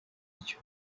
icyo